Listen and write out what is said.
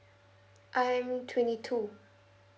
I'm twenty two